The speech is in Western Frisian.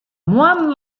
moannen